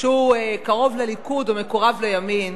שהוא קרוב לליכוד או מקורב לימין.